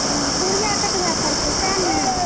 पुरजा कटबय पड़ै छै